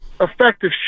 effective